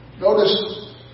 Notice